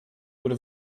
would